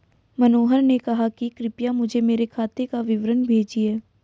मनोहर ने कहा कि कृपया मुझें मेरे खाते का विवरण भेजिए